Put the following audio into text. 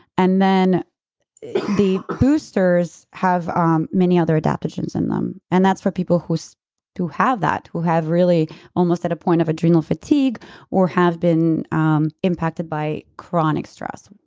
and then the boosters have um many other adaptogens in them. and that's for people who have that. who have really almost at a point of adrenal fatigue or have been um impacted by chronic stress.